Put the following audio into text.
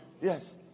Yes